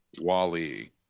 wally